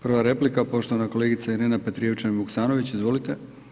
Prva replika, poštovana kolegica Irena Petrijevčanin Vuksanović, izvolite.